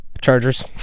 Chargers